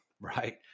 Right